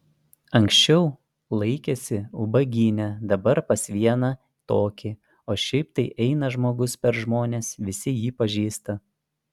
anksčiau laikėsi ubagyne dabar pas vieną tokį o šiaip tai eina žmogus per žmones visi jį pažįsta